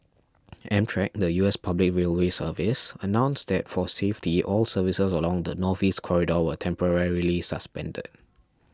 Amtrak the U S public railway service announced that for safety all services along the Northeast Corridor were temporarily suspended